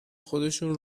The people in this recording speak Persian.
خودشون